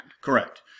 correct